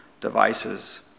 devices